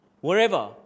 wherever